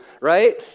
right